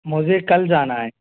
मुझे कल जाना है